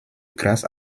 grâce